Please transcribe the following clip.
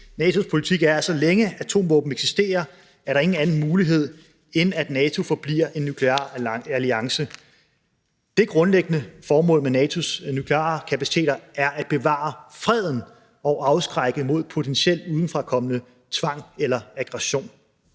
NATO's politik er, at så længe atomvåben eksisterer, er der ingen anden mulighed, end at NATO forbliver en nuklear alliance. Det grundlæggende formål med NATO’s nukleare kapaciteter er at bevare freden og afskrække mod potentiel udefrakommende tvang eller aggression.